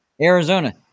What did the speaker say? Arizona